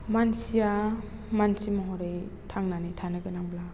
मानसिया मानसि महरै थांनानै थानो गोनांब्ला